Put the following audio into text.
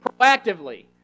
proactively